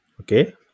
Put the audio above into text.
Okay